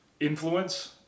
influence